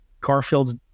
Garfield's